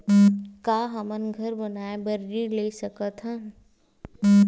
का हमन घर बनाए बार ऋण ले सकत हन?